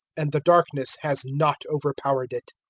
and the darkness has not overpowered it.